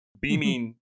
beaming